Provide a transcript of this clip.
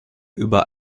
über